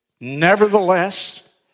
Nevertheless